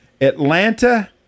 Atlanta